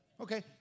Okay